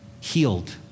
healed